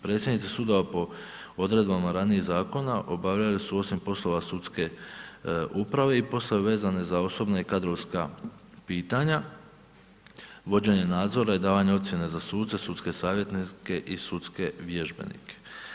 Predsjednici sudova po odredbama ranijih zakona, obavljaju, osim poslova sudske uprave i poslove vezane za osobna i kadrovska pitanja, vođenje nadzora i davanje ocjena za suce, sudske savjetnike i sudske vježbenike.